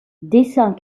dessins